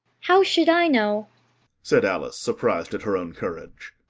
how should i know said alice, surprised at her own courage.